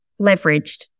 Leveraged